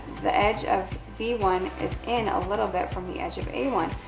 the edge of b one is in a little bit from the edge of a one.